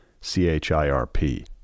C-H-I-R-P